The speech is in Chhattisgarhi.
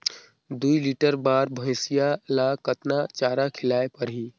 दुई लीटर बार भइंसिया ला कतना चारा खिलाय परही?